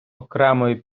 окремою